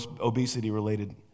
obesity-related